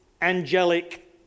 angelic